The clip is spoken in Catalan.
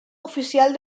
oficial